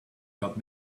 got